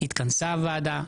התכנסה הוועדה,